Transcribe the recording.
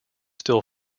still